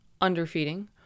underfeeding